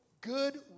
good